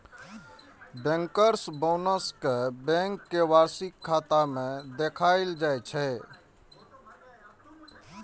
bankers bonus कें bank के वार्षिक खाता मे देखाएल जाइ छै